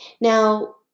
Now